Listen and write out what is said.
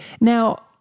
Now